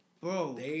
bro